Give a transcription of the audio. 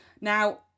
now